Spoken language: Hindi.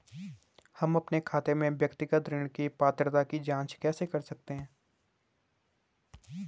हम अपने खाते में व्यक्तिगत ऋण की पात्रता की जांच कैसे कर सकते हैं?